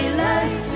life